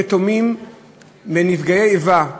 יתומים מנפגעי פעולות איבה.